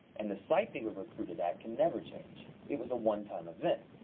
and the site they were recruited at can never change. it was a one-time event.